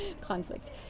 conflict